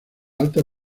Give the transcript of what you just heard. alta